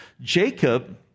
Jacob